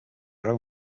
their